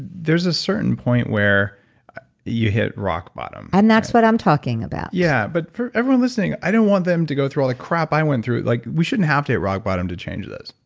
there's a certain point where you hit rock bottom. and that's what i'm talking about. yeah, but for everyone listening, i don't want them to go through all the crap i went through. like we shouldn't have to hit rock bottom to change this.